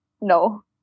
No